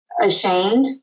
ashamed